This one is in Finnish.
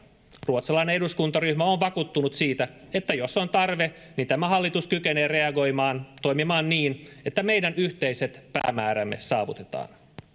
ruotsalainen eduskuntaryhmä on vakuuttunut siitä että jos on tarve tämä hallitus kykenee reagoimaan ja toimimaan niin että meidän yhteiset päämäärämme saavutetaan